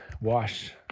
wash